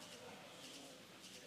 (חברי הכנסת